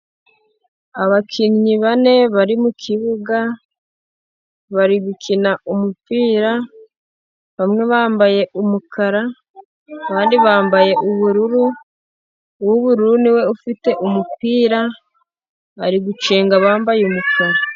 Abakinnyi bane bari mukibuga, bari gukina umupira, bamwe bambaye umukara, abandi bambaye ubururu, uw'ubururu niwe ufite umupira, bari gucenga abambaye umukara.